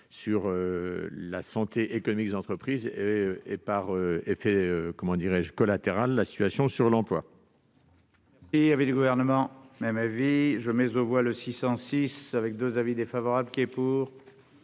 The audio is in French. sur la santé économique des entreprises et des effets collatéraux sur l'emploi.